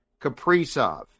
kaprizov